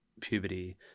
puberty